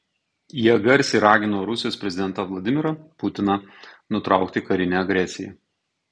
jie garsiai ragino rusijos prezidentą vladimirą putiną nutraukti karinę agresiją